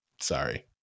Sorry